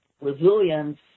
resilience